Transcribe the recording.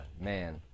Man